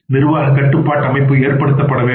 நிர்வாக கட்டுப்பாட்டு அமைப்பு ஏற்படுத்தப்பட வேண்டும்